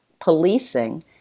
policing